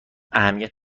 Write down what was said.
اهمیت